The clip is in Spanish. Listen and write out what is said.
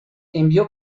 envió